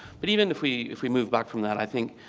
but even if we if we move back from that, i think